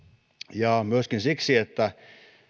ja myöskin siksi että ne